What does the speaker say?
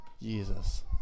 Jesus